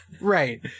Right